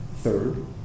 Third